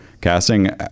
casting